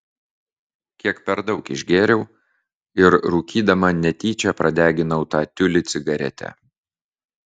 kiek per daug išgėriau ir rūkydama netyčia pradeginau tą tiulį cigarete